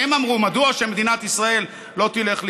והם אמרו: מדוע שמדינת ישראל לא תלך לקראתם.